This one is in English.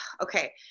okay